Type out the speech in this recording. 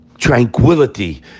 tranquility